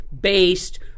based